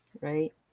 Right